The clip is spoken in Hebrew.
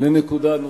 לנקודה נוספת.